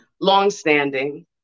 longstanding